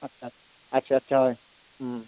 আচ্ছা আচ্ছা আচ্ছা হয়